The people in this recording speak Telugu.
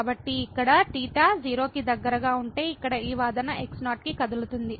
కాబట్టి ఇక్కడ θ 0 కి దగ్గరగా ఉంటే ఇక్కడ ఈ వాదన x0 కి కదులుతుంది